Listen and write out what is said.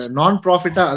non-profit